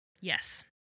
yes